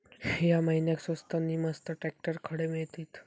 या महिन्याक स्वस्त नी मस्त ट्रॅक्टर खडे मिळतीत?